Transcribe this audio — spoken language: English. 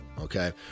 Okay